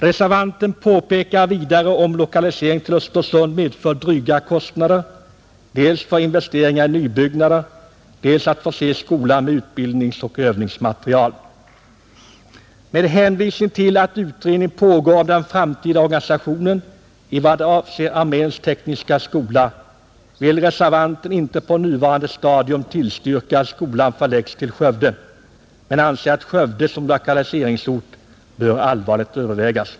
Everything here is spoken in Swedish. Reservanten påpekar vidare att lokalisering till Östersund medför ”dryga kostnader dels för investering i nybyggnader, dels för att förse skolan med utbildningsoch övningsmateriel.” Med hänvisning till att utredning pågår om den framtida organisationen i vad avser arméns tekniska skola vill reservanten inte på nuvarande stadium tillstyrka att skolan förläggs till Skövde men anser att Skövde som lokaliseringsort bör allvarligt övervägas.